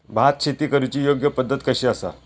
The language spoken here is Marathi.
भात शेती करुची योग्य पद्धत कशी आसा?